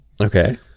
Okay